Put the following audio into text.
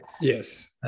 Yes